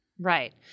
Right